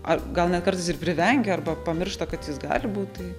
ar gal net kartais ir privengia arba pamiršta kad jis gali būt tai